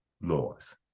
laws